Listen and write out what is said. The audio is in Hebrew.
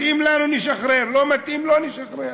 מתאים לנו, נשחרר, לא מתאים, לא נשחרר.